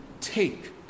take